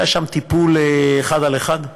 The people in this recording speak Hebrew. היה שם טיפול אחד על אחד.